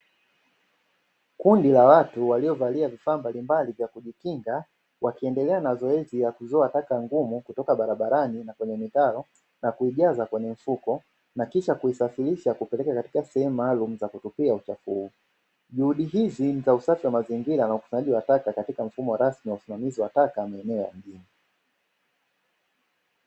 Kundi la watu waliovalia vifaa mbalimbali vya kujikinga, wakiendelea na zoezi la kuzoa taka ngumu kutoka barabarani na kwenye mitalo na kuijaza kwenye mifuko, na kisha kuzisafirisha kuzipeleka sehemu maalumu za kutupia uchafu huu. Juhudi hizi za usafi wa mazingira na ukusanyaji wa taka katika mfumo rasmi na usimamizi wa taka wa eneo la mjini.